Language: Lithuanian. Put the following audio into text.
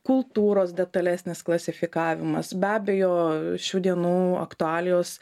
kultūros detalesnis klasifikavimas be abejo šių dienų aktualijos